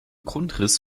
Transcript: grundriss